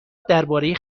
درباره